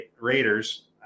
Raiders